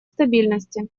стабильности